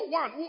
one